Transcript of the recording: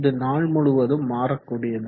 இது நாள் முழுவதும் மாறக்கூடியது